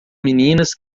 meninas